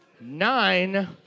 nine